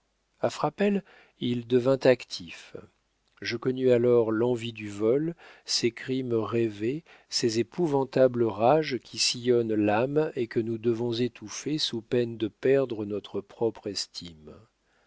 à frapesle il devint actif je connus alors l'envie du vol ces crimes rêvés ces épouvantables rages qui sillonnent l'âme et que nous devons étouffer sous peine de perdre notre propre estime